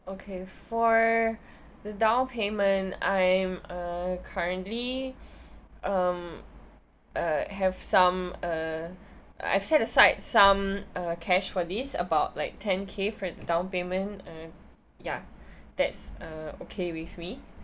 okay for the down payment I am uh currently um uh have some uh I set aside some uh cash for this about like ten K for the down payment uh ya that's uh okay with me